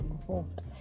involved